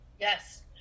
Yes